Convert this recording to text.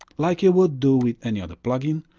like you would do with any other plugin,